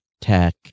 tech